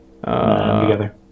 Together